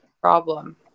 Problem